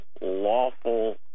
lawful